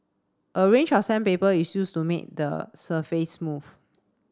a range of sandpaper is used to make the surface smooth